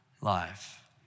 life